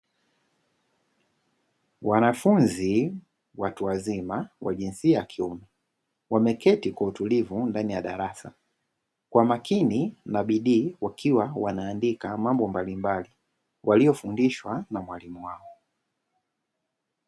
Wanafunzi watu wazima wa jinsia ya kiume, wameketi kwa utulivu ndani ya darasa; kwa makini na bidii wakiwa wanaandika mambo mbalimbali walio fundishwa na mwalimu wao.